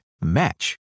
Match